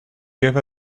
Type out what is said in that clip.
give